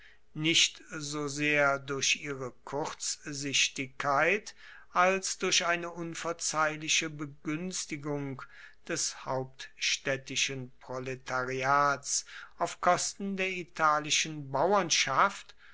nicht so sehr durch ihre kurzsichtigkeit als durch eine unverzeihliche beguenstigung des hauptstaedtischen proletariats auf kosten der italischen bauernschaft